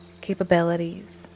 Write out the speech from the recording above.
capabilities